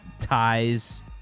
ties